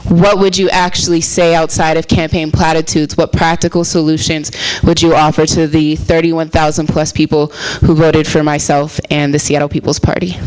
what would you actually say outside of campaign platitudes what practical solutions but your answer to the thirty one thousand plus people who voted for myself and the c e o peoples party